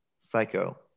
Psycho